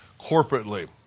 corporately